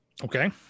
Okay